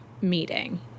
meeting